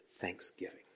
thanksgiving